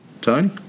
Tony